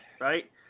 Right